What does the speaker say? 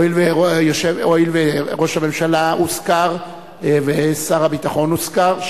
הואיל וראש הממשלה הוזכר ושר הביטחון הוזכר,